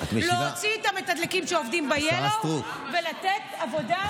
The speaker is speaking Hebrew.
להוציא את המתדלקים שעובדים ב-yellow ולתת עבודה,